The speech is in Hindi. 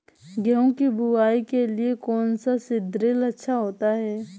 गेहूँ की बुवाई के लिए कौन सा सीद्रिल अच्छा होता है?